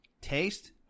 taste